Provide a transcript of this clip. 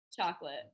Chocolate